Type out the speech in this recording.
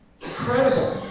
Incredible